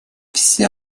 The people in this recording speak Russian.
все